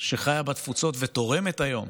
שחיה בתפוצות ותורמת היום.